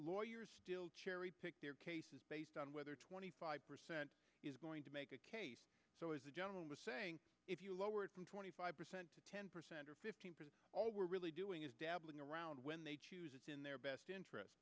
lawyers still cherry pick their cases based on whether twenty five percent is going to make a case so as the general was saying if you lowered from twenty five percent to ten percent or fifteen percent all we're really doing is dabbling around when they choose it in their best interest